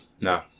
No